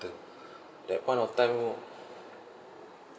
that point of time